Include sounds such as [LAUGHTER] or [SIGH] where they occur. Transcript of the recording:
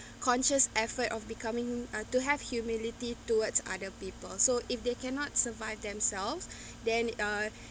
conscious effort of becoming uh to have humility towards other people so if they cannot survive themselves [BREATH] then uh